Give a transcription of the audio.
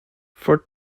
for